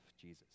Jesus